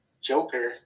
Joker